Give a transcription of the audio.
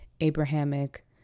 Abrahamic